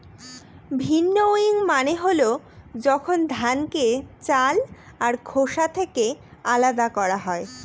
ভিন্নউইং মানে হল যখন ধানকে চাল আর খোসা থেকে আলাদা করা হয়